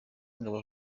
abaganga